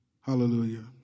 hallelujah